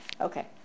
Okay